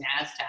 NASDAQ